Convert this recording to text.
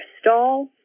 stall